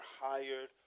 hired